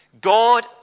God